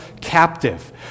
captive